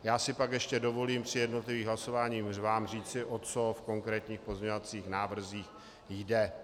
Já si pak ještě dovolím při jednotlivých hlasováních vám říci, o co v konkrétních pozměňovacích návrzích jde.